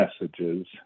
messages